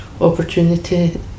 opportunity